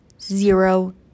zero